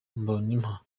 mbonimpa